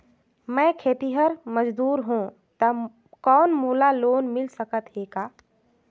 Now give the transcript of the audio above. मैं खेतिहर मजदूर हों ता कौन मोला लोन मिल सकत हे का?